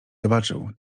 zobaczył